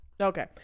Okay